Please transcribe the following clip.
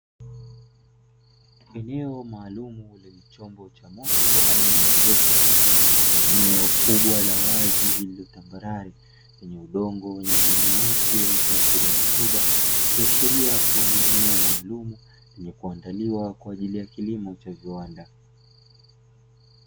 Eneo maalumu lenye chombo cha moto aina ya trekta, katika eneo kubwa la wazi lililo tambarare, lenye udongo mweusi unaoashiria rutuba, ikiashiria kuwa ni eneo maalumu lenye kuandaliwa kwa ajili ya kilimo cha viwanda.